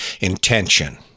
intention